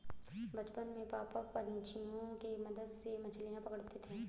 बचपन में पापा पंछियों के मदद से मछलियां पकड़ते थे